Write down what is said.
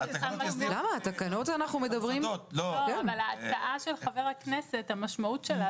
המשמעות של ההצעה של חבר הכנסת סעדי היא